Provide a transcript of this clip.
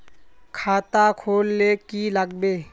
खाता खोल ले की लागबे?